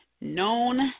known